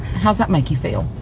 how's that make you feel?